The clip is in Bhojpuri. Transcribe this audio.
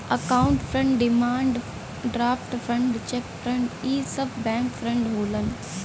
account fraud demand draft fraud cheque fraud इ सब बैंक फ्राड होलन